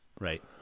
Right